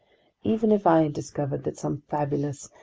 even if i had discovered that some fabulous,